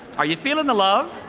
are you feeling the love?